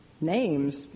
names